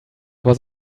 was